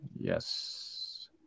yes